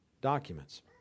documents